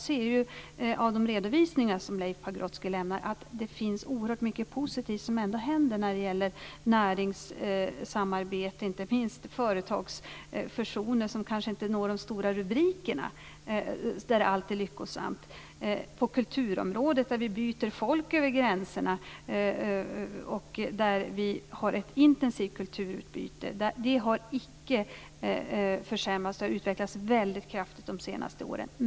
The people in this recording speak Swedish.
Men av de redovisningar som Leif Pagrotsky lämnar ser jag att det finns oerhört mycket positivt som ändå händer i fråga om näringssamarbete, inte minst företagsfusioner som kanske inte når de stora rubrikerna, och sådant är alltid lyckosamt. På kulturområdet byter vi folk över gränserna och har ett intensivt kulturutbyte. Det har icke försämrats, utan det har utvecklats väldigt kraftigt under de senaste åren.